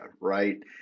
right